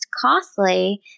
costly